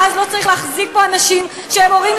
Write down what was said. ואז לא צריך להחזיק פה אנשים שהם הורים